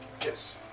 Yes